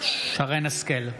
שרן מרים השכל,